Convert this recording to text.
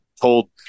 told